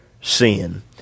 sin